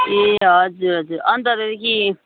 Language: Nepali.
ए हजुर हजुर अन्त कि